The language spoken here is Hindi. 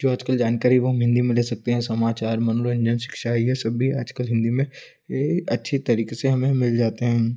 जो आजकल जानकारी वह अब हम हिन्दी में ले सकते हैं समाचार मनोरंजन शिक्षा ये सब भी आजकल हिन्दी में अच्छी तरीके से हमें मिल जाते हैं